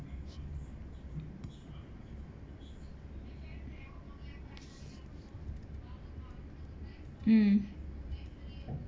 mm